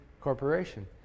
corporation